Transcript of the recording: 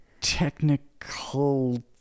technical